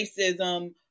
racism